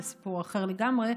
זה סיפור אחר לגמרי.